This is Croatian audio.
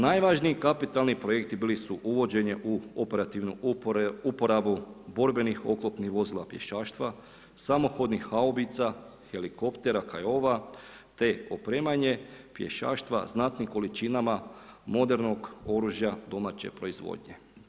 Najvažniji kapitalni projekti bili su uvođenje u operativnu uporabu borbenih oklopnih vozila, pješaštva, samohodnih haubica, helikoptera Kiowa, te opremanje pješaštva znatnim količinama modernog oružja domaće proizvodnje.